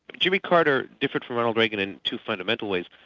jimmy carter differed from ronald reagan in two fundamental ways.